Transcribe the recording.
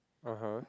(uh huh)